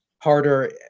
harder